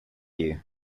you